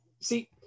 see